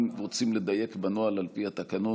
אם רוצים לדייק בנוהל על פי התקנון,